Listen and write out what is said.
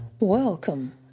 welcome